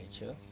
nature